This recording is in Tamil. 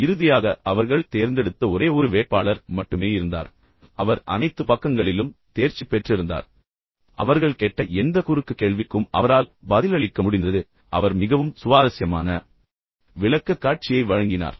இறுதியாக அவர்கள் தேர்ந்தெடுத்த ஒரே ஒரு வேட்பாளர் மட்டுமே இருந்தார் அவர் அனைத்து பக்கங்களிலும் தேர்ச்சி பெற்றிருந்தார் மற்றும் அவர்கள் கேட்ட எந்த குறுக்கு கேள்விக்கும் அவரால் பதிலளிக்க முடிந்தது பின்னர் அவர் மிகவும் சுவாரஸ்யமான விளக்கக்காட்சியை வழங்கினார்